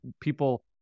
people